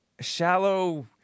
shallow